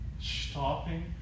stopping